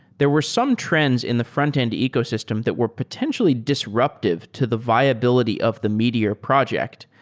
there were some trends in the frontend ecosystem that were potentially disruptive to the viability of the meteor project.